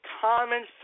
common